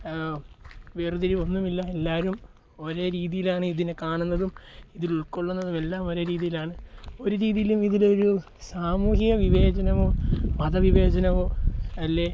വേർതിരിവ് ഒന്നുമില്ല എല്ലാവരും ഒരേ രീതിലാണ് ഇതിനെ കാണുന്നതും ഇതിൽ ഉൾക്കൊള്ളുന്നതും എല്ലാം ഒരേ രീതിലാണ് ഒരു രീതിയിലും ഇതിൽ ഒരു സാമൂഹിക വിവേചനമോ മത വിവേചനമോ അല്ലേ